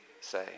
say